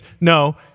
No